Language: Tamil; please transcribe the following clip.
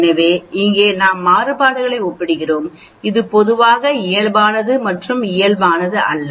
எனவே இங்கே நாம் மாறுபாடுகளை ஒப்பிடுகிறோம் இது பொதுவாக இயல்பானது மற்றும் இயல்பானது அல்ல